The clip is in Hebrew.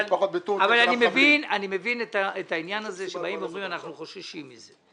אבל אני מבין את העניין הזה שאומרים שחוששים מזה.